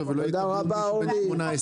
ולא יקבלו מישהו בן 18. אורלי תודה רבה.